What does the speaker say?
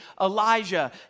Elijah